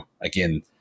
again